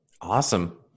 Awesome